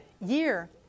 year